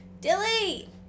Dilly